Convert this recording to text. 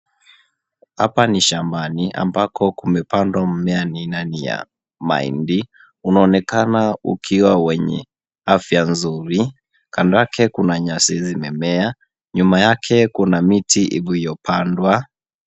Hapa ni shambani ambako kumepandwa mmea nina ya mahindi. Unaonekana ukiwa wenye afya nzuri. Kando yake kuna nyasi zimemea , nyuma yake kuna miti ilivyopandwa.